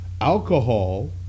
alcohol